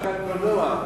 לא,